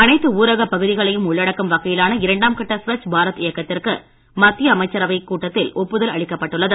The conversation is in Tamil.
அனைத்து ஊரகப் பகுதிகளையும் உள்ளடக்கும் வகையிலான இரண்டாம் கட்ட ஸ்வச் பாரத் இயக்கத்திற்கு மத்திய அமைச்சரவை கூட்டத்தில் ஒப்புதல் அளிக்கப்பட்டுள்ளது